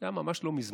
זה היה ממש לא מזמן,